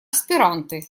аспиранты